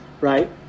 right